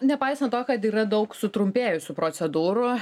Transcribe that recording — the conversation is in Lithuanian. nepaisant to kad yra daug sutrumpėjusių procedūrų